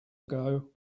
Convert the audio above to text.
ago